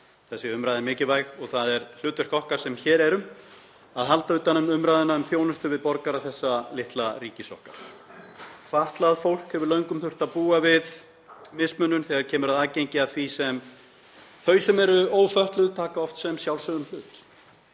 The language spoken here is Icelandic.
Þessi umræða er mikilvæg og það er hlutverk okkar sem hér erum að halda utan um umræðuna um þjónustu við borgara þessa litla ríkis okkar. Fatlað fólk hefur löngum þurft að búa við mismunun þegar kemur að aðgengi að því sem þau sem eru ófötluð taka oft sem sjálfsögðum hlut.